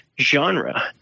genre